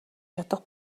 чадах